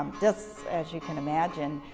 this as you can imagine,